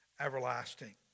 everlasting